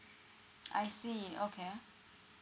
I see okay